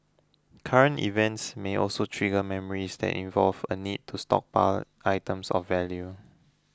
current events may also trigger memories that involve a need to stockpile items of value